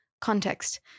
context